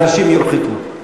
ואנשים יורחקו.